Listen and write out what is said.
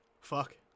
Fuck